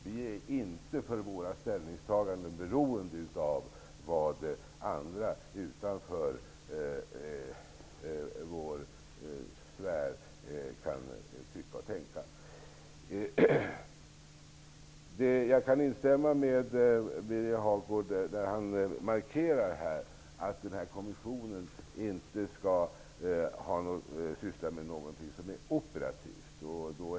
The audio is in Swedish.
Vi är inte för våra ställningstaganden beroende av vad andra, utanför vår sfär, kan tycka och tänka. Jag kan instämma med Birger Hagård när han markerar att kommissionen inte skall syssla med någonting som är operativt.